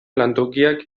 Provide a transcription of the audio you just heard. lantokiak